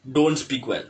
don't speak well